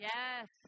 Yes